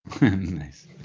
Nice